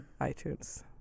iTunes